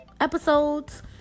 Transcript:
episodes